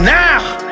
now